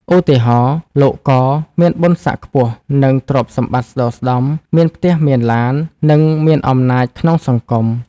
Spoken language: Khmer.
ឧទាហរណ៍ លោក ក មានបុណ្យស័ក្តិខ្ពស់ និងទ្រព្យសម្បត្តិស្តុកស្ដម្ភ មានផ្ទះ មានឡាន និងមានអំណាចក្នុងសង្គម។